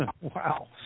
Wow